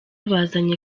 bazanye